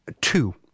two